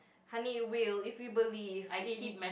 honey will if you believe in